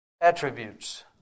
attributes